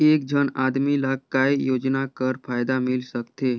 एक झन आदमी ला काय योजना कर फायदा मिल सकथे?